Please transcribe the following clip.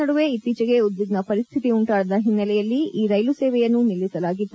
ಉಭಯ ದೇಶಗಳ ನಡುವೆ ಇತ್ತೀಚೆಗೆ ಉದ್ವಿಗ್ನ ಪರಿಸ್ಥಿತಿ ಉಂಟಾದ ಹಿನ್ನೆಲೆಯಲ್ಲಿ ಈ ರೈಲು ಸೇವೆಯನ್ನು ನಿಲ್ಲಿಸಲಾಗಿತ್ತು